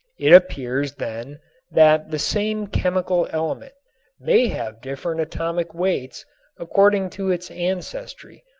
it appears then that the same chemical element may have different atomic weights according to its ancestry,